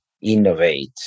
innovate